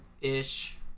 ish